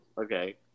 Okay